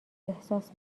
احساس